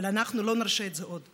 אבל אנחנו לא נרשה את זה עוד.